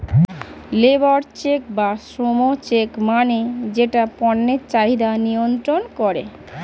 labour check বা শ্রম check মানে যেটা পণ্যের চাহিদা নিয়ন্ত্রন করে